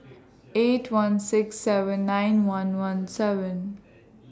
eight one six seven nine one one seven